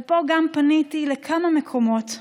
ופה גם פניתי לכמה מקומות.